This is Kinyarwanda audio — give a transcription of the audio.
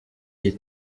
iyi